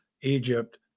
Egypt